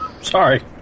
Sorry